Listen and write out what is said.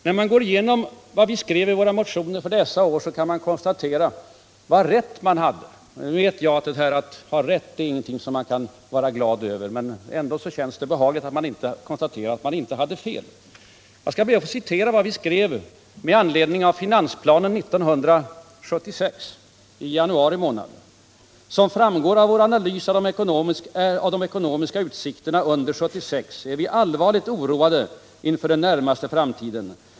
När man går igenom vad vi skrev i våra motioner dessa år kan man konstatera hur rätt vi hade. Jag vet att detta att ha rätt inte är någonting att skryta över, men ändå känns det behagligt att konstatera att man inte hade fel. Jag skall be att få citera vad vi skrev exempelvis med anledning av finansplanen 1976, i januari månad: ”Som framgått av denna analys av de ekonomiska utsikterna under 1976 är” vi allvarligt oroade inför den närmaste framtiden.